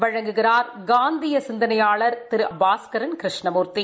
வழங்குகிறார் காந்திய சிந்தனையாளர் பாஸ்கரன் கிருஷ்ணமூர்த்தி